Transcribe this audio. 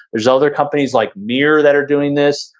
there's other companies like mirror that are doing this.